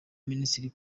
minisitiri